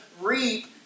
reap